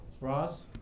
Ross